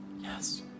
Yes